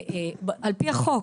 על פי החוק,